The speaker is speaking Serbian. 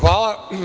Hvala.